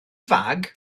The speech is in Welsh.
fag